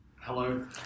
hello